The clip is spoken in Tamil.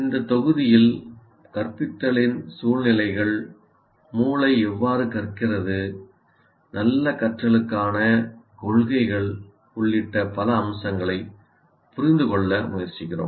இந்த தொகுதியில் கற்பித்தலின் சூழ்நிலைகள் மூளை எவ்வாறு கற்கிறது நல்ல கற்றலுக்கான கொள்கைகள் உள்ளிட்ட பல அம்சங்களைப் புரிந்துகொள்ள முயற்சிக்கிறோம்